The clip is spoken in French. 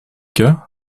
cas